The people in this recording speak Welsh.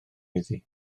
iddi